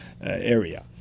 area